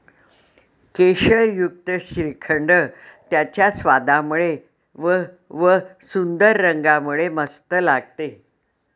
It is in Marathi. केशरयुक्त श्रीखंड त्याच्या स्वादामुळे व व सुंदर रंगामुळे मस्त लागते